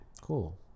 Cool